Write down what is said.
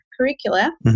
curricula